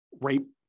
rape